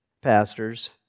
pastors